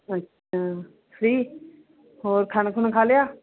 ਅੱਛਾ ਫ੍ਰੀ ਹੋਰ ਖਾਣਾ ਖੂਨਾ ਖਾ ਲਿਆ